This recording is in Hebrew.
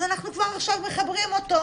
אז אנחנו כבר עכשיו מחברים אותו,